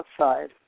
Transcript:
outside